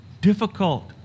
Difficult